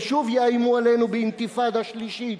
ושוב יאיימו עלינו באינתיפאדה שלישית.